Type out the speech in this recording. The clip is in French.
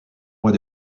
mois